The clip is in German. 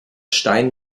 stein